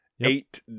Eight